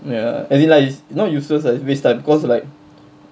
ya as in like it's it's not useless lah it's waste time because like